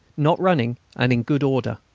not running, and in good order.